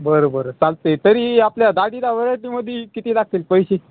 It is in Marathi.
बरं बरं चालते तरी आपल्या दाढीला व्हरायटीमध्ये किती लागतील पैसे